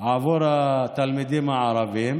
בעבור התלמידים הערבים,